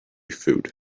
food